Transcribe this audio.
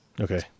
Okay